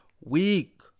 week